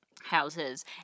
houses